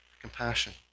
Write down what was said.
compassion